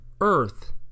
earth